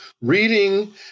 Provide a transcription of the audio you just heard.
Reading